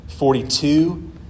Forty-two